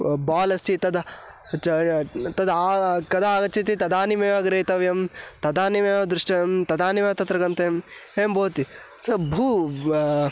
बाल् अस्ति तत् तत् कदा आगच्छति तदानीमेव ग्रहीतव्यं तदानीमेव द्रष्टव्यं तदानीमेव तत्र गन्तव्यम् एवं भवति स भु